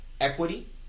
equity